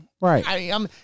Right